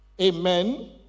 Amen